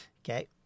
Okay